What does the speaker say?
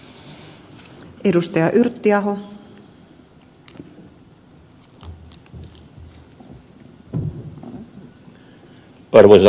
arvoisa puhemies